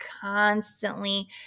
constantly